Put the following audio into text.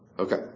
Okay